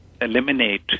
eliminate